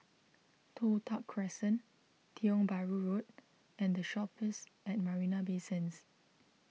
Toh Tuck Crescent Tiong Bahru Road and the Shoppes at Marina Bay Sands